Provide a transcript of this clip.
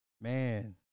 Man